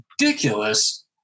ridiculous